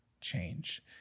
change